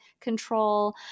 control